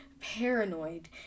paranoid